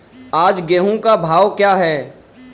आज गेहूँ का भाव क्या है?